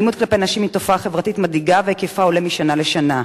האלימות כלפי נשים היא תופעה חברתית מדאיגה והיקפה עולה משנה לשנה.